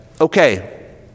okay